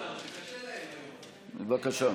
בבקשה.